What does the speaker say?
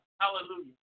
Hallelujah